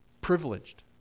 privileged